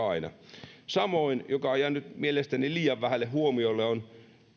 aina samoin asia joka on jäänyt mielestäni liian vähälle huomiolle on